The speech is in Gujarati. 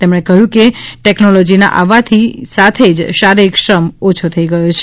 તેમણે કહ્યું કે ટેકનોલોજીના આવવાથી સાથે જ શારીરિક શ્રમ ઓછો થઈ ગયો છે